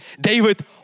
David